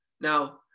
Now